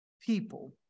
people